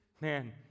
man